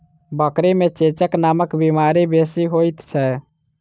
बकरी मे चेचक नामक बीमारी बेसी होइत छै